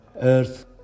earth